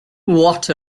what